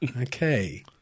Okay